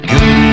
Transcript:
Good